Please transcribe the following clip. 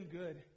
good